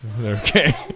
Okay